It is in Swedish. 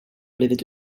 blivit